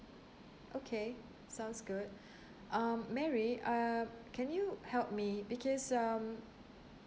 okay sounds good um mary uh can you help me because um